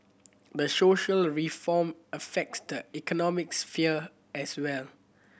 the social reform affects the economic sphere as well